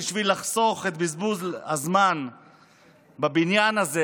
בשביל לחסוך את בזבוז הזמן בבניין הזה,